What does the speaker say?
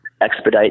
expedite